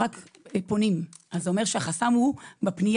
לפחות לגבי אותם אוכלוסיות